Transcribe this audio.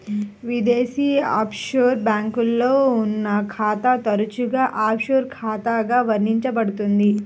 విదేశీ ఆఫ్షోర్ బ్యాంక్లో ఉన్న ఖాతా తరచుగా ఆఫ్షోర్ ఖాతాగా వర్ణించబడుతుంది